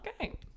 Okay